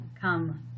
come